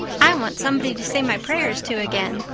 i want somebody to say my prayers to again.